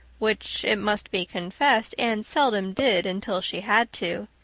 which, it must be confessed, anne seldom did until she had to.